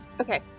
Okay